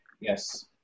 Yes